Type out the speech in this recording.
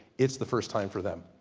it's the first time for them.